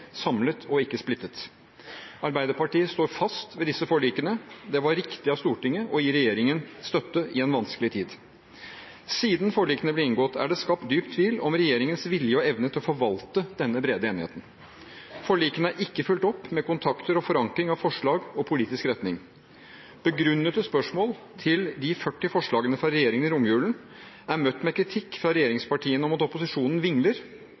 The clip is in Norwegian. samlet, og ikke splittet. Arbeiderpartiet står fast ved disse forlikene. Det var riktig av Stortinget å gi regjeringen støtte i en vanskelig tid. Siden forlikene ble inngått, er det skapt dyp tvil om regjeringens vilje og evne til å forvalte denne brede enigheten. Forlikene er ikke fulgt opp med kontakt og forankring av forslag og politisk retning. Begrunnede spørsmål til de 40 forslagene fra regjeringen i romjulen er møtt med kritikk fra regjeringspartiene om at opposisjonen vingler